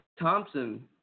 Thompson